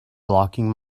blocking